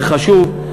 זה חשוב.